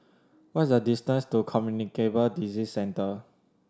what is the distance to Communicable Disease Centre